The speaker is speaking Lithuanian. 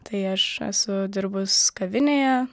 tai aš esu dirbus kavinėje